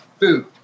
food